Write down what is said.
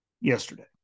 yesterday